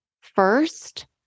first